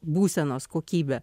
būsenos kokybę